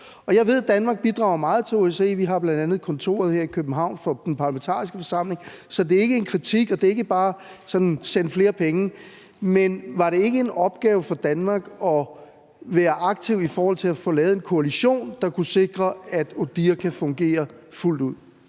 Jeg ved, at Danmark bidrager meget til OSCE. Vi har bl.a. kontoret her i København for den parlamentariske forsamling, så det er ikke en kritik, og det er ikke bare sådan: Send flere penge. Men var det ikke en opgave for Danmark at være aktiv i forhold til at få lavet en koalition, der kunne sikre, at ODIHR kan fungere fuldt ud?